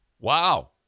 Wow